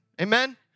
Amen